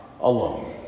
alone